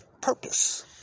purpose